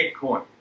Bitcoin